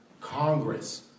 Congress